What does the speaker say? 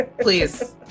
please